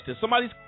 Somebody's